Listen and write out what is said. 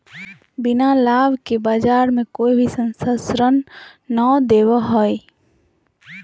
बिना लाभ के बाज़ार मे कोई भी संस्था ऋण नय देबो हय